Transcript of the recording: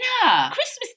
Christmas